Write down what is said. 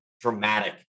dramatic